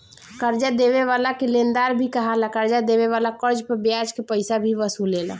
कर्जा देवे वाला के लेनदार भी कहाला, कर्जा देवे वाला कर्ज पर ब्याज के पइसा भी वसूलेला